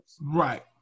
Right